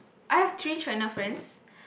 I've three China friends